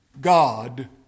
God